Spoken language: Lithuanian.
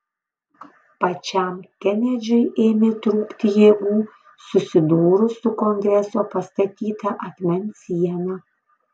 pačiam kenedžiui ėmė trūkti jėgų susidūrus su kongreso pastatyta akmens siena